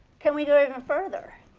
can we get even further?